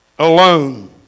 Alone